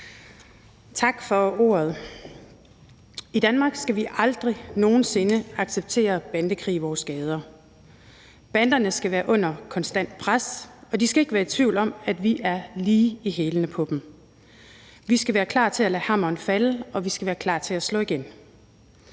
Tak for ordet. I Danmark skal vi aldrig nogen sinde acceptere bandekrig i vores gader. Banderne skal være under konstant pres, og de skal ikke være i tvivl om, at vi er lige i hælene på dem. Vi skal være klar til at lade hammeren falde, og vi skal være klar til at slå igen.